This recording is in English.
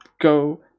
go